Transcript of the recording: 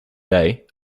day